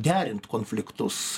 derint konfliktus